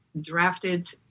drafted